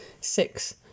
Six